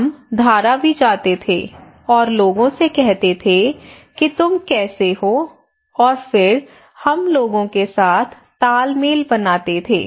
हम धारावी जाते थे और लोगों से कहते थे कि तुम कैसे हो और फिर हम लोगों के साथ तालमेल बनाते थे